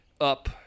up